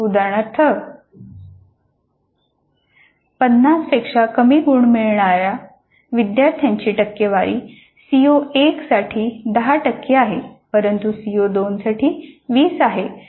उदाहरणार्थ 50 पेक्षा कमी गुण मिळवणा्ऱ्या विद्यार्थ्यांची टक्केवारी सीओ 1 साठी 10 टक्के आहे परंतु सीओ 2 साठी 20 आहे